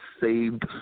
saved